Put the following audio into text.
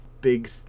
big